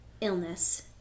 illness